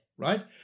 right